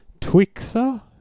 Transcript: Twixer